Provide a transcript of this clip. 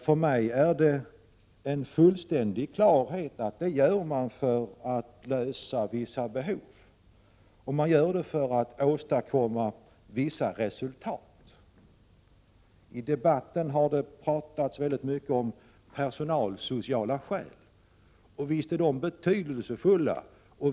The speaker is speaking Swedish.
För mig står det fullt klart att det görs för att tillgodose vissa behov och för att åstadkomma vissa resultat. I debatten har det talats mycket om personalsociala skäl, och visst är de betydelsefulla.